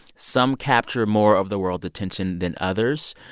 some capture more of the world attention than others.